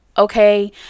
okay